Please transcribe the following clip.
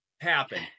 happen